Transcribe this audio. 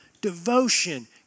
Devotion